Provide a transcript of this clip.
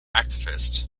activists